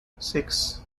six